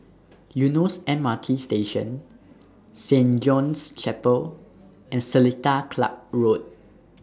Eunos MRT Station Saint John's Chapel and Seletar Club Road